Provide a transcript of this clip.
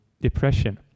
depression